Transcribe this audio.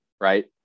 Right